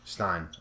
Stein